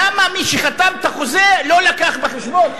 למה מי שחתם על החוזה לא הביא בחשבון,